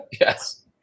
yes